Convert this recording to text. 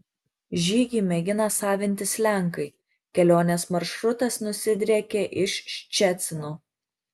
žygį mėgina savintis lenkai kelionės maršrutas nusidriekė iš ščecino